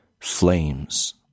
Flames